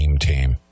team